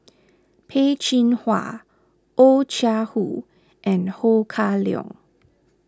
Peh Chin Hua Oh Chai Hoo and Ho Kah Leong